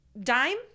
dime